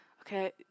okay